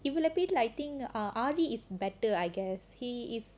இவ்வள பேர்ல:ivvala perla I think aari is better I guess he is